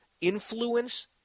influence